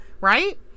right